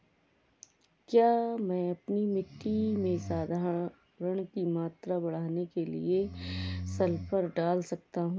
क्या मैं अपनी मिट्टी में धारण की मात्रा बढ़ाने के लिए सल्फर डाल सकता हूँ?